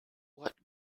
what